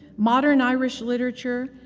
modern irish literature,